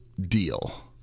deal